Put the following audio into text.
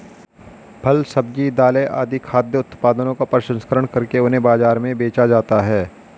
फल, सब्जी, दालें आदि खाद्य उत्पादनों का प्रसंस्करण करके उन्हें बाजार में बेचा जाता है